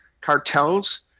cartels